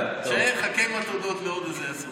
חכה עם התודות עוד עשר דקות.